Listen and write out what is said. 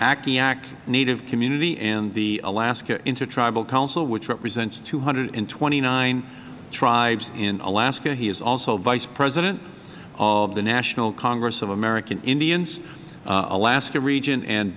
akiak native community and the alaska inter tribal council which represents two hundred and twenty nine tribes in alaska he is also vice president of the national congress of american indians alaska region and